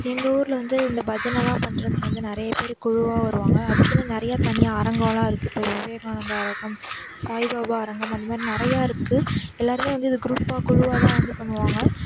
எங்கள் ஊரில் வந்து இந்த பஜனைலாம் பண்ணுறதுக்கு வந்து நிறைய பேர் குழுவாக வருவாங்க அதுக்குனு நிறையா தனியாக அரங்கயெலாம் இருக்குது இப்போ விவேகானத்தா அரங்கம் சாய் பாபா அரங்கம் அந்த மாதிரி நிறையாருக்கு எல்லாேருமே வந்து இதை குரூப்பாக குழுவாக தான் வந்து பண்ணுவாங்க